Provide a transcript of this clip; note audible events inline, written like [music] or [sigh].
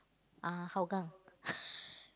uh Hougang [laughs]